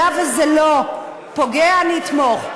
היה וזה לא פוגע, אני אתמוך.